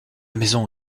maison